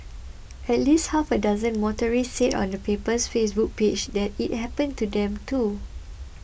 at least half a dozen motorists said on the paper's Facebook page that it happened to them too